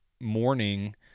morning